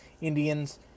Indians